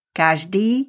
každý